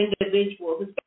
individuals